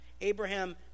Abraham